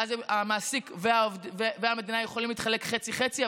ואז המעסיק והמדינה יכולים להתחלק חצי-חצי.